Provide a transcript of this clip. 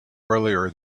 earlier